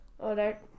Alright